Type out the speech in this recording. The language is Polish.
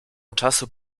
czasu